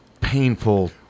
painful